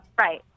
Right